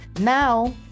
Now